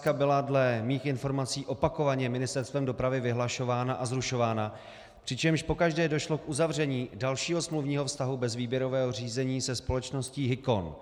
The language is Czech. Tato zakázka byla dle mých informací opakovaně Ministerstvem dopravy vyhlašována a zrušována, přičemž pokaždé došlo k uzavření dalšího smluvního vztahu bez výběrového řízení se společností Hicon.